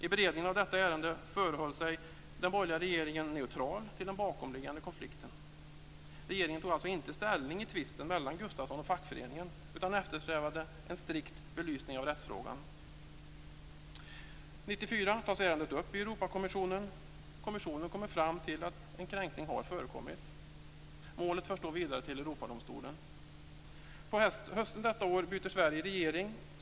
I beredningen av detta ärende förhöll sig den borgerliga regeringen neutral till den bakomliggande konflikten. Regeringen tog alltså inte ställning i tvisten mellan Gustafsson och fackföreningen, utan eftersträvade en strikt belysning av rättsfrågan. År 1994 tas ärendet upp i Europakommissionen. Kommissionen kommer fram till att en kränkning har förekommit. Målet förs då vidare till Europadomstolen. På hösten detta år byter Sverige regering.